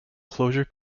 closure